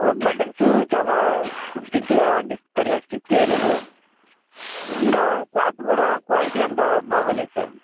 buttons చాలా stitch కా అంటే సరిగా స్టిచ్ చేయలేదు ఇంకా క్లాత్ కూడా క్వాలిటీ అంత బాగోలేదు సార్